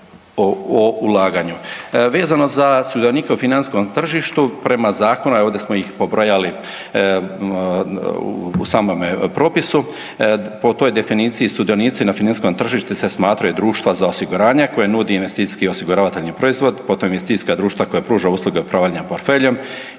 o ulaganju. Vezano za sudionike u financijskom tržištu prema zakonu, a ovdje smo ih pobrojali u samome propisu, po toj definiciji sudionici na financijskom tržištu se smatraju društva za osiguranje koje nudi investicijski osiguravateljni proizvod, potom investicijska društva koja pruža usluge upravljanja portfeljem,